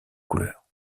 couleurs